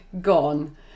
gone